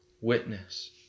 witness